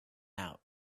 out